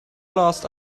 last